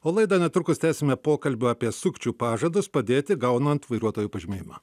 o laidą netrukus tęsime pokalbiu apie sukčių pažadus padėti gaunant vairuotojo pažymėjimą